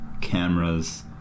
cameras